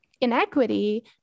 inequity